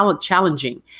challenging